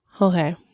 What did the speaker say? Okay